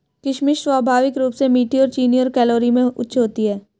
किशमिश स्वाभाविक रूप से मीठी और चीनी और कैलोरी में उच्च होती है